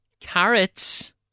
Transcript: Carrots